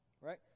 Right